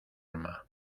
arma